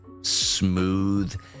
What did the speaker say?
smooth